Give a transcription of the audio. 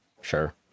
sure